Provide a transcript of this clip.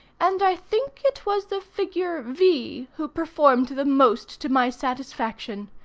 and i think it was the figure v. who performed the most to my satisfaction.